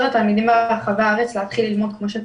לתלמידים מרחבי הארץ להתחיל ללמוד כמו שצריך.